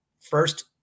first